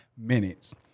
minutes